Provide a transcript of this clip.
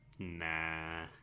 nah